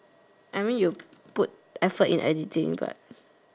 I mean you put the effort in anything what